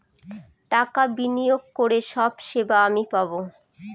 টাকা বিনিয়োগ করে সব সেবা আমি পাবো